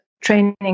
training